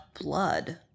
blood